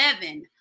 Seven